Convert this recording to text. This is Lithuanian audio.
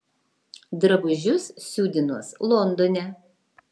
drabužius siūdinuos londone